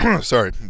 sorry